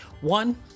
one